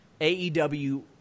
AEW